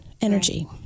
energy